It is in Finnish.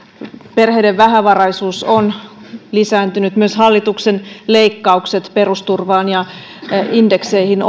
perheiden vähävaraisuus on lisääntynyt myös hallituksen leikkaukset perusturvaan ja indekseihin